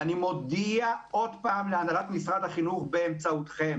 ואני מודיע עוד פעם להנהלת משרד החינוך באמצעותכם